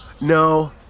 no